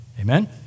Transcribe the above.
Amen